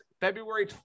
February